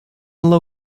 low